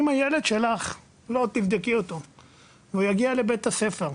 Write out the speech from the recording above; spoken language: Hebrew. אם הילד שלך לא תבדקי אותו והוא יגיע לבית הספר,